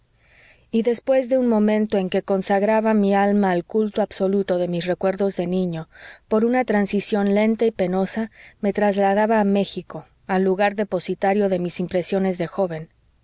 y después de un momento en que consagraba mi alma al culto absoluto de mis recuerdos de niño por una transición lenta y penosa me trasladaba a méxico al lugar depositario de mis impresiones de joven